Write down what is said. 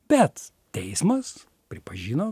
bet teismas pripažino